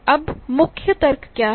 अब मुख्य तर्क क्या हैं